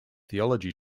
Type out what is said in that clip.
theology